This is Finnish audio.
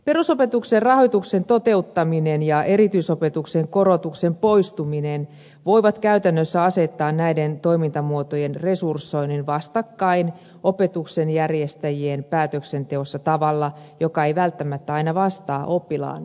perusopetuksen rahoituksen toteuttaminen ja erityisopetuksen korotuksen poistuminen voivat käytännössä asettaa näiden toimintamuotojen resursoinnin vastakkain opetuksen järjestäjien päätöksenteossa tavalla joka ei välttämättä aina vastaa oppilaan etua